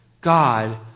God